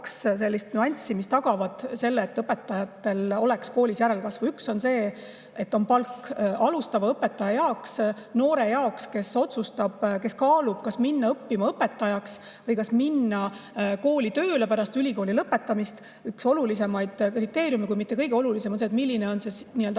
kaks nüanssi, mis tagavad selle, et oleks järelkasvu. Üks on palk. Alustava õpetaja jaoks, noore jaoks, kes otsustab, kes kaalub, kas minna õppima õpetajaks või kas minna kooli tööle pärast ülikooli lõpetamist, üks olulisimaid kriteeriume, kui mitte kõige olulisem on see, milline on nii-öelda